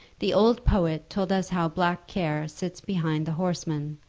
the old poet told us how black care sits behind the horseman,